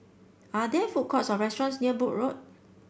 are there food courts or restaurants near Brooke Road